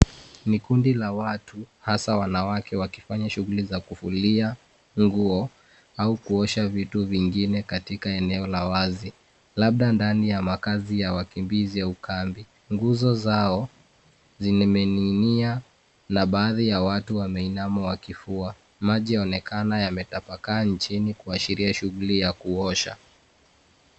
Ni kundi la watu hasa wanawake wakifanya shughuli za kufulia nguo au kuosha vitu vingine katika eneo la wazi labda ndani ya makazi ya wakimbizi au kambi. Nguzo zao zimening'inia na baadhi ya watu wameinama wakifua. Maji yaonekana yametapakaa chini kuashiria shughuli ya kuosha.